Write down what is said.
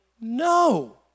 No